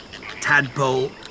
tadpole